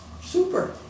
super